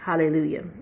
Hallelujah